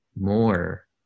more